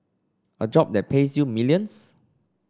a job that pays you millions